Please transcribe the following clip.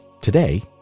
today